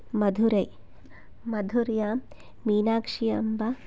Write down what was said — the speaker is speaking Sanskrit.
मदुरै मधुर्यां मीनाक्षी अम्बा